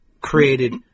created